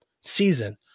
season